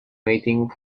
waiting